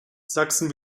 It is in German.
sachsen